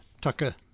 Tucker